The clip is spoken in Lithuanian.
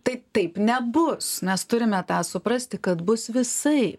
tai taip nebus mes turime tą suprasti kad bus visaip